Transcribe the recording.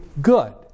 good